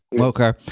Okay